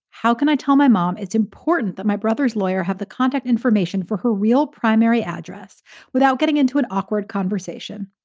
how can i tell my mom? it's important that my brother's lawyer have the contact information for her real primary address without getting into an awkward conversation.